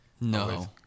No